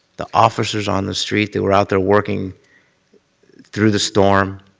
the officers on the street that were out there working through the storm,